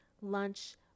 lunch